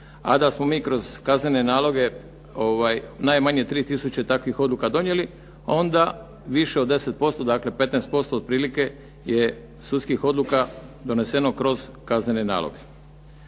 a da smo mi kroz kaznene naloge najmanje 3 tisuće takvih odluka donijeli, onda više od 10%, dakle 15% otprilike je sudskih odluka doneseno kroz kaznene naloge.